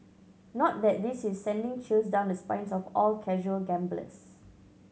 not that this is sending chills down the spines of all casual gamblers